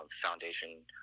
foundation